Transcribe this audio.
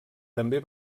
també